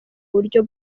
buryo